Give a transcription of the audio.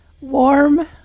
warm